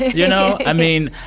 you know? i mean,